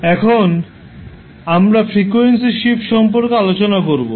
এখন আমরা frequency shift সম্পর্কে আলোচনা করবো